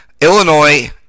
Illinois